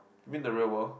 mean the real world